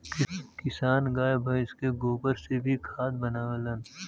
किसान गाय भइस के गोबर से भी खाद बनावलन